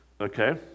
Okay